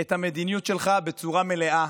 את המדיניות שלך בצורה מלאה.